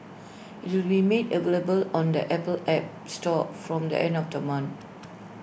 IT will be made available on the Apple app store from the end of the month